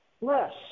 Less